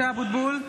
(קוראת בשמות חברי הכנסת) משה אבוטבול,